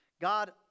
God